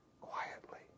quietly